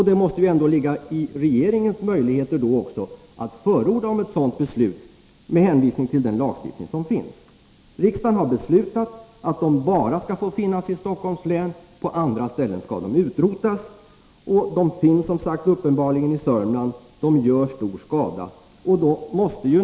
Det måste ju vara möjligt för regeringen att förordna om utrotning med hänvisning till den lagstiftning som finns. Riksdagen har beslutat att vildsvinen bara skall få finnas i Stockholms län — på andra ställen skall de utrotas. De finns som sagt i Södermanland och gör stor skada.